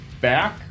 back